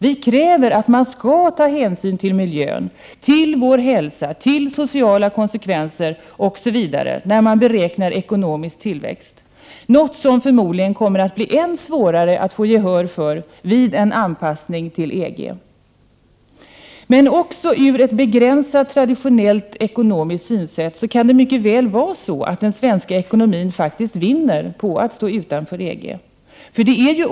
Vi kräver att man skall ta hänsyn till miljön, till vår hälsa, till sociala konsekvenser osv. när man beräknar ekonomisk tillväxt — något som förmodligen kommer att bli än svårare att få gehör för vid en anpassning till EG. Det kan också från ett begränsat, traditionellt, ekonomiskt synsätt mycket väl vara så, att den svenska ekonomin vinner på att stå utanför EG.